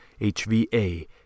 HVA